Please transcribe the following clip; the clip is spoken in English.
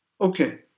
Okay